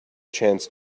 chance